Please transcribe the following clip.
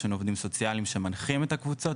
יש לנו עובדים סוציאליים שמנחים את הקבוצות,